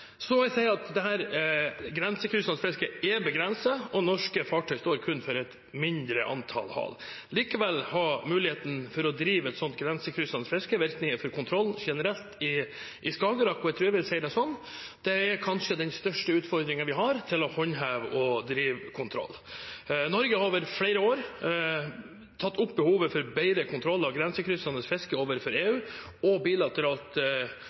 grensekryssende fisket er begrenset, og norske fartøyer står kun for et mindre antall hal. Likevel har muligheten til å drive et slikt grensekryssende fiske virkninger for kontroll generelt i Skagerrak, og jeg tror jeg vil si det slik: Det er kanskje den største utfordringen vi har for å håndheve og drive kontroll. Norge har over flere år tatt opp behovet for bedre kontroll av grensekryssende fiske overfor EU og bilateralt